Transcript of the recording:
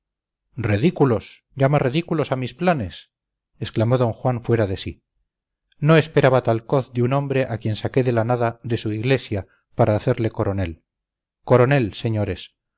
redículos llama redículos a mis planes exclamó d juan fuera de sí no esperaba tal coz de un hombre a quien saqué de la nada de su iglesia para hacerle coronel coronel señores